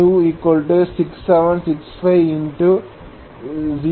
85412 V